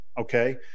okay